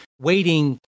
waiting